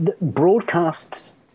broadcasts